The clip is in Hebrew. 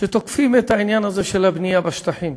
שתוקפים את העניין הזה של הבנייה בשטחים,